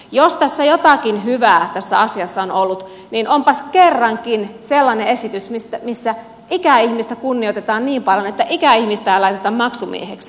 jos tässä asiassa jotakin hyvää on ollut niin onpas kerrankin sellainen esitys missä ikäihmistä kunnioitetaan niin paljon että ikäihmistä ei laiteta maksumieheksi